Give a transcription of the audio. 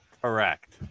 Correct